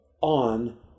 on